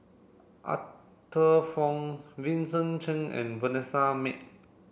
Arthur Fong Vincent Cheng and Vanessa Mae